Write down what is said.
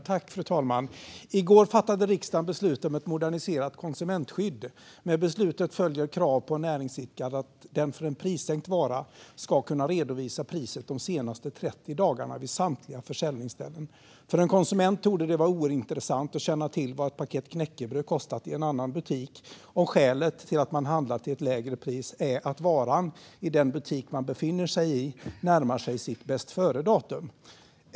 Fru talman! I går fattade riksdagen beslut om ett moderniserat konsumentskydd. Med beslutet följer krav på näringsidkare att de för en prissänkt vara ska kunna redovisa priset de senaste 30 dagarna vid samtliga försäljningsställen. För en konsument torde det vara ointressant att känna till vad ett paket knäckebröd kostat i en annan butik om skälet till att man handlat till ett lägre pris är att varan i den butik som man befinner sig i närmar sig sitt bästföredatum.